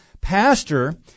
pastor